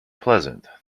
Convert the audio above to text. pleasant